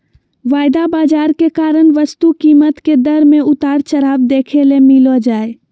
वायदा बाजार के कारण वस्तु कीमत के दर मे उतार चढ़ाव देखे ले मिलो जय